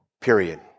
Period